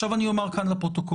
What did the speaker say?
עכשיו אני אומר כאן לפרוטוקול,